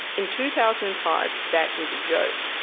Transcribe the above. in two thousand and five, that was a joke.